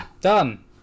Done